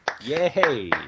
Yay